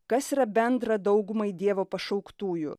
kas yra bendra daugumai dievo pašauktųjų